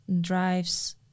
drives